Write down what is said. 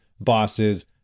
Bosses